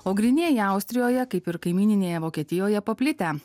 o grynieji austrijoje kaip ir kaimyninėje vokietijoje paplitę